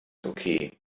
okay